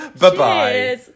Bye-bye